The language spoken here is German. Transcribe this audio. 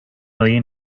neue